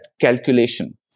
calculation